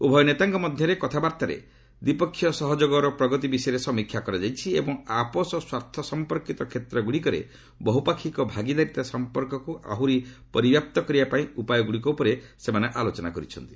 ଉଭୟ ନେତାଙ୍କ ମଧ୍ୟରେ କଥାବାର୍ତ୍ତାରେ ଦ୍ୱିପକ୍ଷ ସହଯୋଗ ପ୍ରଗତୀ ବିଷୟରେ ସମୀକ୍ଷା କରିଛନ୍ତି ଏବଂ ଆପୋଷ ସ୍ୱାର୍ଥ ସମ୍ପର୍କିତ କ୍ଷେତ୍ରଗୁଡ଼ିକରେ ବହୁପାକ୍ଷିକ ଭାଗିଦାରିଦା ସମ୍ପର୍କକୁ ଆହୁରି ପରିବ୍ୟାପ୍ତ କରିବା ପାଇଁ ଉପାୟ ଗୁଡ଼ିକ ଉପରେ ସେମାନେ ଆଲୋଚନା କରିଛନ୍ତି